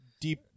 deep